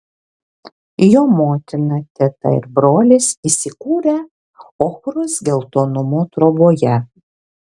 jo motina teta ir brolis įsikūrę ochros geltonumo troboje